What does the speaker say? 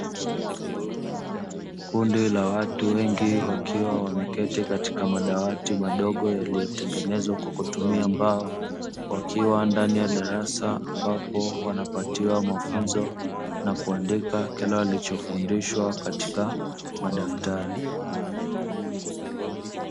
Kundi la watu wengi wakiwa wameketi katika madawati madogo yaliyotengenezwa kwa kutumia mbao, wakiwa ndani ya darasa ambapo wanapatiwa mafunzo na kuandika kile walichofundishwa katika madaftari.